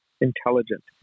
intelligent